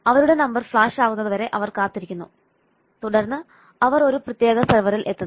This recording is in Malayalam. അവരുടെ നമ്പർ ഫ്ലാഷ് ആകുന്നതുവരെ അവർ കാത്തിരിക്കുന്നു തുടർന്ന് അവർ ഒരു പ്രത്യേക സെർവറിൽ എത്തുന്നു